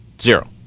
Zero